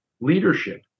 Leadership